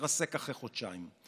מתרסק אחרי חודשיים,